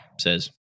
says